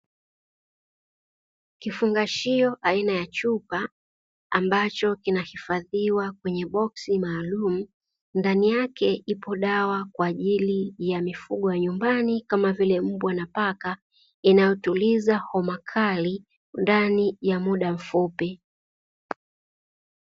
Kifungashio aina ya chupa, ambacho kinahifadhiwa kwenye boksi maalumu, ndani yake ipo dawa kwa ajili ya mifugo ya nyumbani kama vile Mbwa na Paka, inayotuliza homa kali ndani ya muda mfupi.